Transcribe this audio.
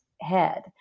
head